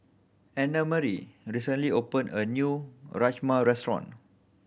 Annamarie recently opened a new Rajma Restaurant